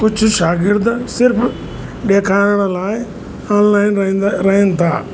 कुझु शागिर्द सिर्फ़ु ॾेखारण लाइ ऑनलाइन रहंदा रहनि था